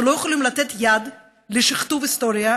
אנחנו לא יכולים לתת יד לשכתוב ההיסטוריה